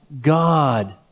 God